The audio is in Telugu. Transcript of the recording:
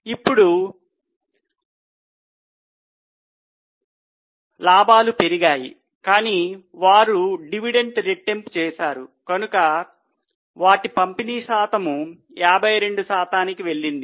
ఇప్పుడు లాభాలు పెరిగాయి కానీ వారు డివిడెండ్ రెట్టింపు చేశారు కనుక కాబట్టి పంపిణీ శాతం 52 శాతానికి వెళ్ళింది